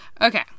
Okay